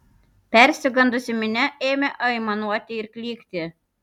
persigandusi minia ėmė aimanuoti ir klykti